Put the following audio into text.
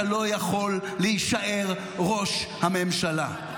אתה לא יכול להישאר ראש הממשלה.